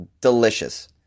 Delicious